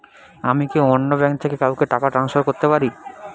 আমি কি অন্য ব্যাঙ্ক থেকে কাউকে টাকা ট্রান্সফার করতে পারি?